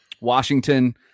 Washington